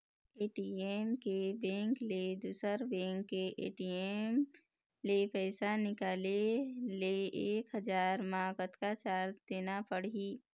ATM के bank ले दुसर बैंक के ए.टी.एम ले पैसा निकाले ले एक हजार मा कतक चार्ज देना पड़ही?